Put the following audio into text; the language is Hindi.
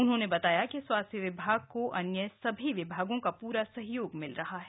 उन्होने बताया कि स्वास्थ्य विभाग को अन्य सभी विभागों का पूरा सहयोग मिल रहा है